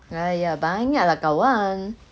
!haiya! banyak lah kawan